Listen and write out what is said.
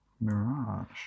Mirage